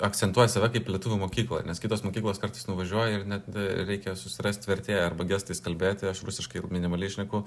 akcentuoja save kaip lietuvių mokyklą nes kitos mokyklos kartais nuvažiuoji ir net reikia susirasti vertėją arba gestais kalbėti rusiškai minimaliai šneku